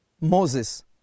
Moses